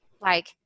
like-